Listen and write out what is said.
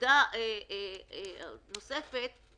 הוא לא הוגן, כי